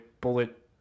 bullet